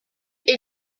est